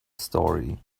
story